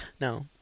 No